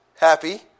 Happy